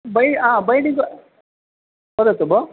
वा आ बैण्डिङ्ग् वदतु भो